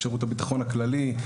שירות הביטחון הכללי.